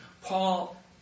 Paul